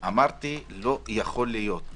אמרתי לא ייתכן,